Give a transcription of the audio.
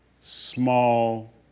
small